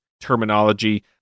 terminology